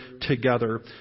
together